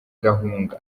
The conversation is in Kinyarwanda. gahunga